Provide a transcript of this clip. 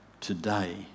today